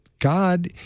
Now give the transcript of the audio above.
God